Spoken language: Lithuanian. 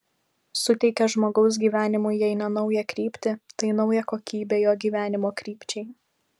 suteikia žmogaus gyvenimui jei ne naują kryptį tai naują kokybę jo gyvenimo krypčiai